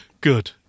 Good